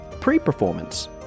pre-performance